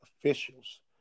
officials